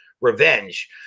Revenge